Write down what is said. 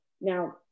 Now